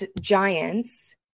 giants